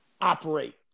operate